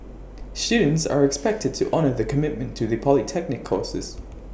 students are expected to honour the commitment to the polytechnic courses